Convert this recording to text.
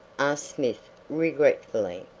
asked smith regretfully.